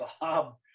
Bob